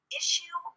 issue